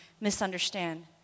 misunderstand